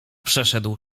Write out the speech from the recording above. przeszedł